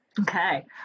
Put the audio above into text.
Okay